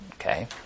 Okay